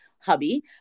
Hubby